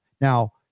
Now